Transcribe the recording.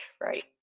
Right